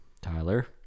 Tyler